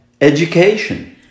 education